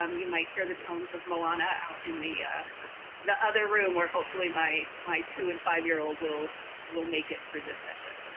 um you might hear the tones of moana out in the the other room, where hopefully my my two and five-year-old will will make it through this session,